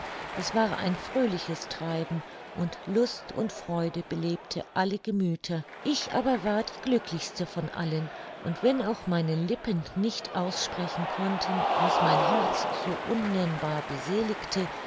es war ein fröhliches treiben und lust und freude belebte alle gemüther ich aber war die glücklichste von allen und wenn auch meine lippen nicht aussprechen konnten was mein herz so unnennbar